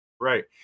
Right